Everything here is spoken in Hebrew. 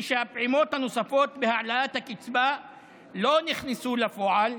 היא שהפעימות הנוספות בהעלאת הקצבה לא נכנסו לפועל,